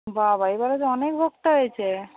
বাবা এবারে তো অনেক ভক্ত হয়েছে